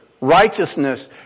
Righteousness